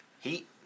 Heat